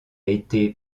été